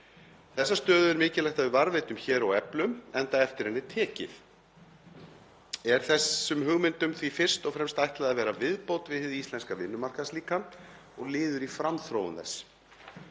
Þessa stöðu er mikilvægt að við varðveitum hér og eflum enda eftir henni tekið. Er þessum hugmyndum því fyrst og fremst ætlað að vera viðbót við hið íslenska vinnumarkaðslíkan og liður í framþróun þess.